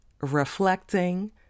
reflecting